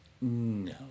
No